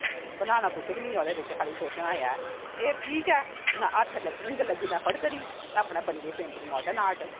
बनना कुछ बी नेई ओहदे च खाली सोचना गै एह् एह् ठीक ऐ ना हिंग लग्गी ना फटकरी ते अपने बनी गेई पैटिंग मार्डन आर्ट